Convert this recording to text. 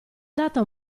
data